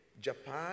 Japan